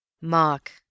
Mark